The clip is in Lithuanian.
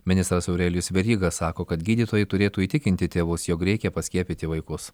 ministras aurelijus veryga sako kad gydytojai turėtų įtikinti tėvus jog reikia paskiepyti vaikus